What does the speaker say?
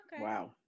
Wow